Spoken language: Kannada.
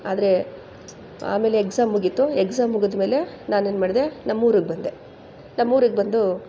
ಆದರೆ ಆಮೇಲೆ ಎಕ್ಸಾಮ್ ಮುಗೀತು ಎಕ್ಸಾಮ್ ಮುಗಿದ್ಮೇಲೆ ನಾನೇನು ಮಾಡಿದೆ ನಮ್ಮ ಊರಿಗೆ ಬಂದೆ ನಮ್ಮ ಊರಿಗೆ ಬಂದು